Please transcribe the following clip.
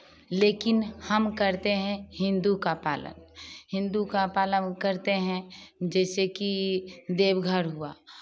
लेकिन हम करते हैं हिन्दू का पालन हिन्दू का पालन करते हैं जैसे कि देवघर हुआ